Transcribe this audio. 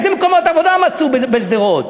איזה מקומות עבודה מצאו בשדרות?